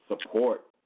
support